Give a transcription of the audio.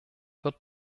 wird